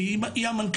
כי היא המנכ"לית.